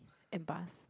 and bus